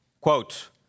Quote